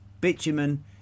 Bitumen